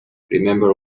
remember